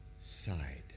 side